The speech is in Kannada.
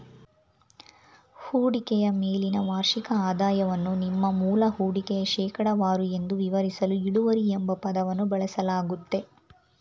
ಹೂಡಿಕೆಯ ಮೇಲಿನ ವಾರ್ಷಿಕ ಆದಾಯವನ್ನು ನಿಮ್ಮ ಮೂಲ ಹೂಡಿಕೆಯ ಶೇಕಡವಾರು ಎಂದು ವಿವರಿಸಲು ಇಳುವರಿ ಎಂಬ ಪದವನ್ನು ಬಳಸಲಾಗುತ್ತೆ